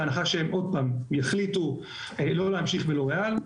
בהנחה שהם יחליטו לא להמשיך בלוריאל.